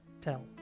Tell